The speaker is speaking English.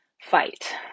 fight